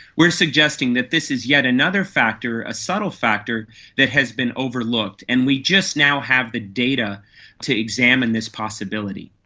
we are suggesting that this is yet another factor, a subtle factor that has been overlooked, and we just now have the data to examine this possibility.